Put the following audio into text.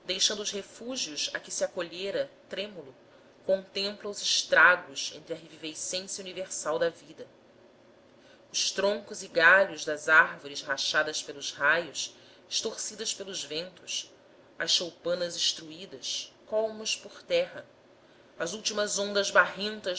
os refúgios a que se acolhera trêmulo contempla os estragos entre a revivescência universal da vida os troncos e galhos das árvores rachadas pelos raios estorcidas pelos ventos as choupanas estruídas colmos por terra as últimas ondas barrentas